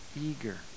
eager